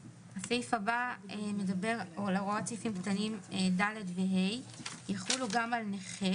"(י)הוראות סעיפים קטנים (ד) ו-(ה) יחולו גם על נכה